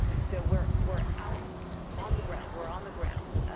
so, we're we're out on the ground, we're on the ground.